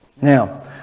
Now